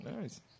Nice